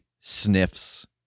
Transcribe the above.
sniffs